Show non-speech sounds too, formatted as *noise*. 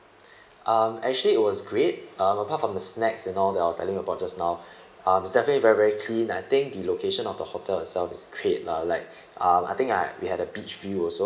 *breath* um actually it was great um apart from the snacks and all that I was telling about just now *breath* um it's definitely very very clean I think the location of the hotel itself is great lah like *breath* um I think I we had a beach view also *breath*